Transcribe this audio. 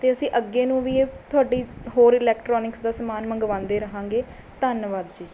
ਅਤੇ ਅਸੀਂ ਅੱਗੇ ਨੂੰ ਵੀ ਇਹ ਤੁਹਾਡੀ ਹੋਰ ਇਲੈਕਟ੍ਰੋਨਿਕਸ ਦਾ ਸਮਾਨ ਮੰਗਵਾਉਂਦੇ ਰਹਾਂਗੇ ਧੰਨਵਾਦ ਜੀ